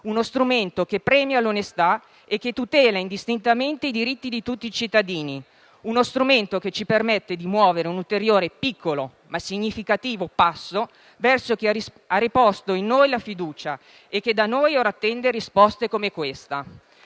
uno strumento che premia l'onestà e che tutela indistintamente i diritti di tutti i cittadini. Uno strumento che ci permette di muovere un ulteriore piccolo, ma significativo passo verso chi ha riposto in noi la fiducia e che da noi ora attende risposte come questa.